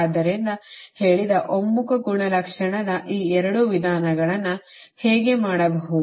ಆದ್ದರಿಂದ ಹೇಳಿದ ಒಮ್ಮುಖ ಗುಣಲಕ್ಷಣದ ಈ 2 ವಿಧಾನಗಳನ್ನು ಹೇಗೆ ಮಾಡಬಹುದು